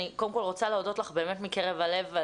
אני קודם כל רוצה להודות לך מקרב הלב.